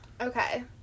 okay